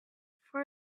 for